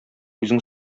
үзең